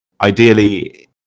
Ideally